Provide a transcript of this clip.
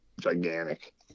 gigantic